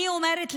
אני אומרת,